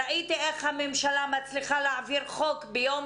ראיתי איך הממשלה מצליחה להעביר חוק ביום